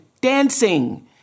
dancing